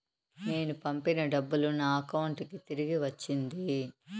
నేను పంపిన డబ్బులు నా అకౌంటు కి తిరిగి వచ్చింది